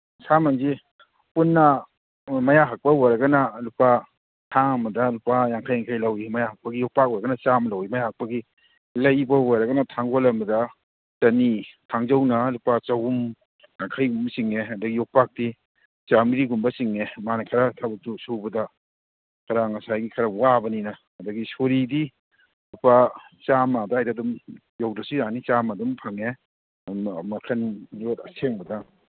ꯑꯁꯥꯃꯟꯁꯤ ꯄꯨꯟꯅ ꯃꯌꯥ ꯍꯛꯄ ꯑꯣꯏꯔꯒꯅ ꯂꯨꯄꯥ ꯊꯥꯡ ꯑꯃꯗ ꯂꯨꯄꯥ ꯌꯥꯡꯈꯩ ꯌꯥꯡꯈꯩ ꯂꯧꯋꯤ ꯃꯌꯥ ꯍꯛꯄꯒꯤ ꯌꯣꯄꯥꯛ ꯑꯣꯏꯔꯒꯅ ꯆꯥꯝꯃ ꯂꯧꯋꯤ ꯃꯌꯥ ꯍꯛꯄꯒꯤ ꯂꯩꯕ ꯑꯣꯏꯔꯒꯅ ꯊꯥꯡꯒꯣꯟ ꯑꯃꯗ ꯆꯅꯤ ꯊꯥꯡꯖꯧꯅ ꯂꯨꯄꯥ ꯆꯍꯨꯝ ꯌꯥꯡꯈꯩꯃꯨꯛ ꯆꯤꯡꯉꯦ ꯑꯗꯒꯤ ꯌꯣꯠꯄꯥꯛꯇꯤ ꯆꯥꯝꯃꯔꯤꯒꯨꯝꯕ ꯆꯤꯡꯉꯦ ꯃꯥꯅ ꯈꯔ ꯊꯕꯛꯇꯣ ꯁꯨꯕꯗ ꯈꯔ ꯉꯁꯥꯏꯒꯤ ꯈꯔ ꯋꯥꯕꯅꯤꯅ ꯑꯗꯒꯤ ꯁꯨꯔꯤꯗꯤ ꯂꯨꯄꯥ ꯆꯥꯝꯃ ꯑꯗꯥꯏꯗ ꯑꯗꯨꯝ ꯌꯧꯗ꯭ꯔꯁꯨ ꯌꯥꯅꯤ ꯆꯥꯝꯃ ꯑꯗꯨꯝ ꯐꯪꯉꯦ ꯃꯈꯟ ꯌꯣꯠ ꯑꯁꯦꯡꯕꯗ